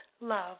love